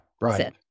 right